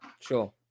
Sure